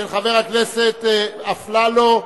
של חבר הכנסת אפללו,